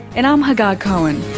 and i'm hagar cohen